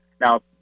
Now